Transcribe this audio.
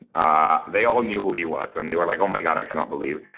ah they all knew who he was, and they were like, oh my god, i cannot believe.